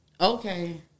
Okay